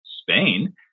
Spain